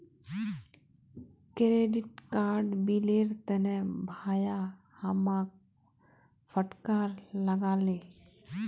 credit card बिलेर तने भाया हमाक फटकार लगा ले